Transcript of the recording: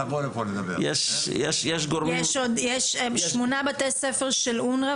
יש שמונה בתי ספר של אונר"א,